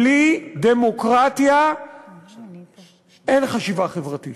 בלי דמוקרטיה אין חשיבה חברתית.